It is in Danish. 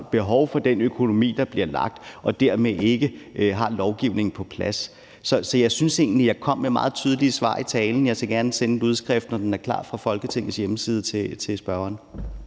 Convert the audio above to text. behov for den økonomi, virksomhederne lægger. Så jeg synes egentlig, at jeg kom med meget tydelige svar i talen. Jeg skal gerne sende en udskrift, når den er klar på Folketingets hjemmeside, til spørgeren.